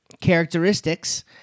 characteristics